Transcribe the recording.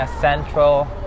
central